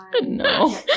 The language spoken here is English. No